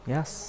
Yes